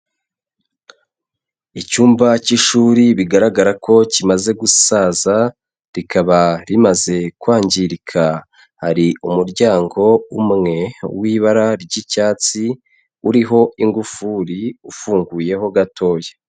Icyumba k'ishuri bigaragara ko kimaze gusaza, rikaba rimaze kwangirika, hari umuryango umwe w'ibara ry'icyatsi, uriho ingufuri ufunguyeho gatoya.